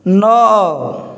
ନଅ